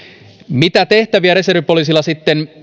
mitä tehtäviä reservipoliisilla sitten